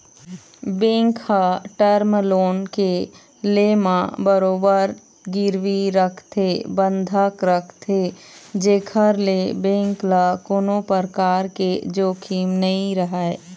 bank ह term loan के ले म बरोबर गिरवी रखथे बंधक रखथे जेखर ले बेंक ल कोनो परकार के जोखिम नइ रहय